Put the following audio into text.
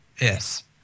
Yes